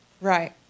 Right